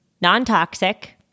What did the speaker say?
non-toxic